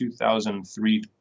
2003